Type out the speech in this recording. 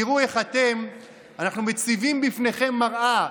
אנחנו מציבים בפניכם מראה,